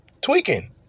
Tweaking